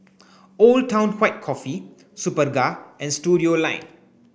Old Town White Coffee Superga and Studioline